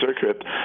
circuit